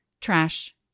trash